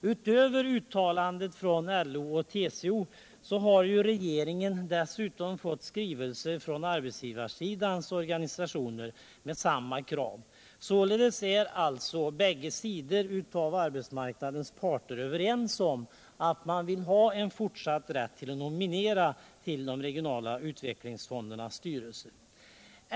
Utöver uttalandet från LO och TCO har regeringen fått skrivelser från arbetsgivarsidans organisationer med samma krav. Således är båda sidor på arbetsmarknaden överens om att man vill ha en fortsatt rätt att nominera till de regionala utvecklingsfondernas styrelser.